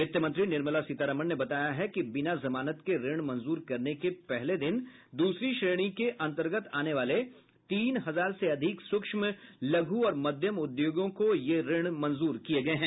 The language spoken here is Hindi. वित्त मंत्री निर्मला सीतारामन ने बताया है कि बिना जमानत के ऋण मंजूर करने के पहले दिन द्रसरी श्रेणी के अंतर्गत आने वाले तीन हजार से अधिक सूक्ष्म लघु और मध्यम उद्योगों को ये ऋण मंजूर किये गये हैं